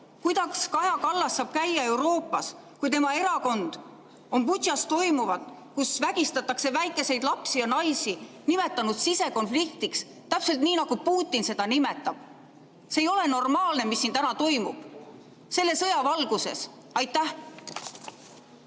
Kuidas Kaja Kallas saab käia Euroopas, kui tema erakond on Butšas toimuvat, kus vägistatakse väikeseid lapsi ja naisi, nimetanud sisekonfliktiks täpselt nii, nagu Putin seda nimetab? See ei ole normaalne, mis siin täna toimub selle sõja valguses! Aitäh!